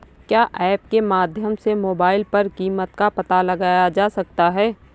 क्या ऐप के माध्यम से मोबाइल पर कीमत का पता लगाया जा सकता है?